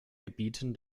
gebieten